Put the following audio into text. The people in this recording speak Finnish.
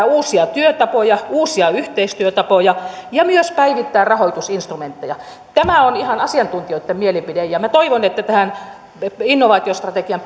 uusia työtapoja uusia yhteistyötapoja ja myös päivittää rahoitusinstrumentteja tämä on ihan asiantuntijoiden mielipide ja minä toivon että tähän innovaatiostrategian